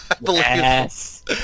Yes